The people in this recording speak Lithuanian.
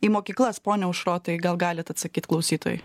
į mokyklas ponios aušrotai gal galite atsakyti klausytojai